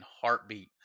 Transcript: heartbeat